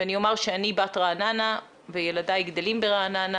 אני אומר שאני בת רעננה וילדיי גדלים ברעננה.